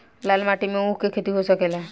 लाल माटी मे ऊँख के खेती हो सकेला?